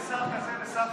שיהיה שר כזה ושר חלופי?